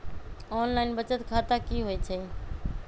Online बचत खाता की होई छई?